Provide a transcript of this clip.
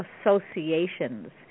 associations